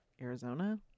Arizona